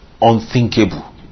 unthinkable